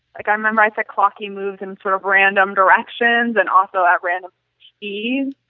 like i remember i said clocky moves in sort of random directions and also at random yeah